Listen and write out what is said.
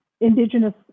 indigenous